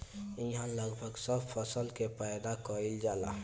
इहा लगभग सब फसल के पैदा कईल जाला